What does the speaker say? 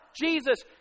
Jesus